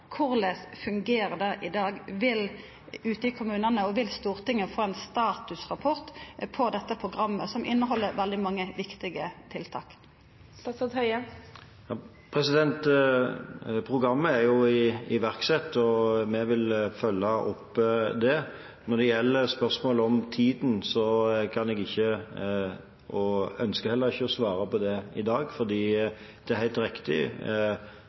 fungerer det i dag ute i kommunane, og vil Stortinget få ein statusrapport om dette programmet som inneheld veldig mange viktige tiltak? Programmet er iverksatt, og vi vil følge det opp. Når det gjelder spørsmålet om tiden, kan jeg ikke – og ønsker heller ikke – å svare på det i dag. Det er helt riktig